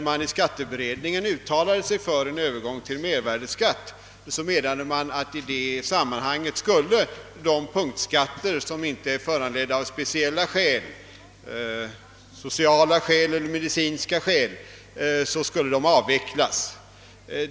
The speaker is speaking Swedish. Men när skatteberedningen uttalade sig för en övergång till mervärdeskatt, menade beredningen att de punktskatter som inte var föranledda av sociala eller medicinska skäl skulle avvecklas.